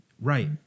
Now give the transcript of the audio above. Right